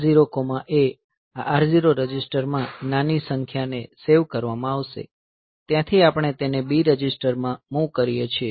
MOV R0A આ R0 રજિસ્ટરમાં નાની સંખ્યાને સેવ કરવામાં આવશે ત્યાંથી આપણે તેને B રજિસ્ટરમાં મૂવ કરીએ છીએ